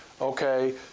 okay